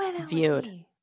viewed